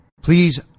Please